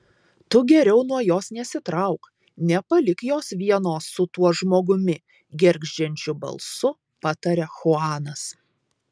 tu geriau nuo jos nesitrauk nepalik jos vienos su tuo žmogumi gergždžiančiu balsu pataria chuanas